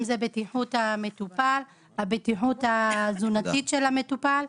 אם בטיחות המטופל ואם הבטיחות התזונתית של המטופל.